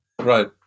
right